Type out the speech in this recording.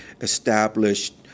established